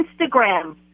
Instagram